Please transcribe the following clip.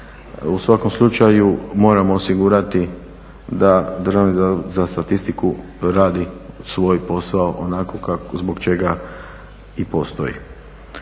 u svakom slučaju moramo osigurati da Državni zavod za statistiku radi svoj posao onako zbog čega i postoji.